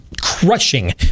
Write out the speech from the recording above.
crushing